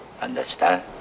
Understand